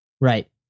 Right